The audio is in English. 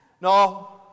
No